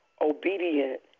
obedient